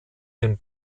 den